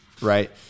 Right